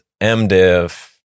MDiv